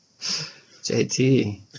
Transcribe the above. JT